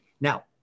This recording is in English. Now